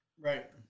Right